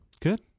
Good